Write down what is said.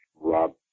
Rob